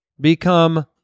become